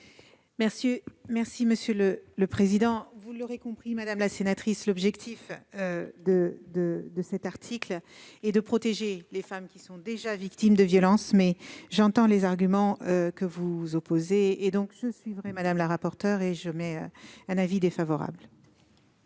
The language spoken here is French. du Gouvernement ? Vous l'aurez compris, madame la sénatrice, l'objectif de cet article est de protéger les femmes qui sont déjà victimes de violences. Même si j'entends les arguments que vous nous opposez, je suivrai Mme la rapporteure en émettant un avis défavorable.